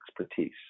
expertise